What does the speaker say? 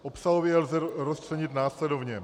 Obsahově je lze rozčlenit následovně.